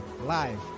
live